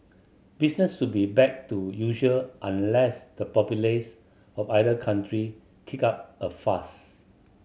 business should be back to usual unless the populace of either country kick up a fuss